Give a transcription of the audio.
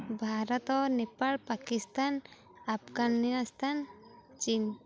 Bharat Nepal Pakistan Afghanistan Chin